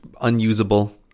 unusable